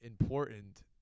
important